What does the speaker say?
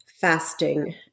fasting